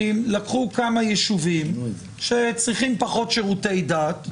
לקחו כמה יישובים שצריכים פחות שירותי דת,